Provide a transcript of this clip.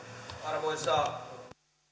arvoisa